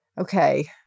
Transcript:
okay